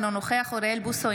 אינו נוכח אוריאל בוסו,